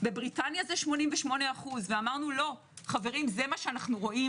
בבריטניה זה 88%. אמרנו: זה מה שאנו רואים